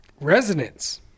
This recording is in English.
Resonance